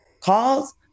calls